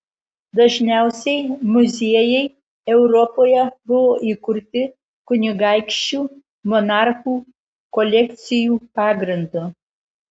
dažniausiai muziejai europoje buvo įkurti kunigaikščių monarchų kolekcijų pagrindu